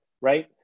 Right